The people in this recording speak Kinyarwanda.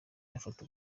yafata